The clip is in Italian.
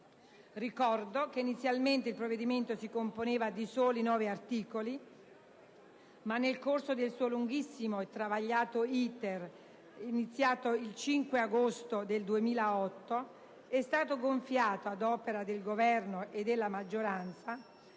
Ricordo che inizialmente il provvedimento si componeva di soli nove articoli, ma nel corso del suo lunghissimo e travagliato *iter*, iniziato il 5 agosto del 2008, è stato gonfiato ad opera del Governo e della maggioranza